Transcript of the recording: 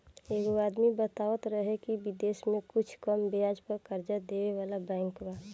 एगो आदमी बतावत रहे की बिदेश में कुछ कम ब्याज पर कर्जा देबे वाला बैंक बा